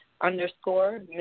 underscore